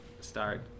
Start